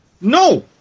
No